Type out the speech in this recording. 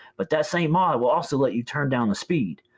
but that same mod will also let you turn down the speed,